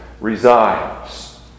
resides